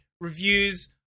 reviews